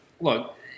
look